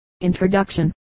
Introduction